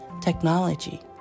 technology